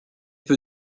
peu